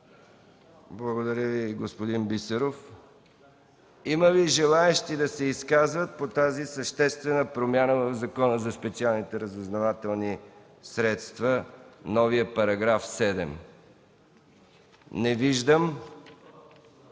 Благодаря Ви, господин Бисеров. Има ли желаещи да се изкажат по тази съществена промяна в Закона за специалните разузнавателни средства – новия § 7? Не виждам.